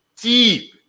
deep